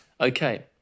Okay